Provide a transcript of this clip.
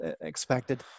expected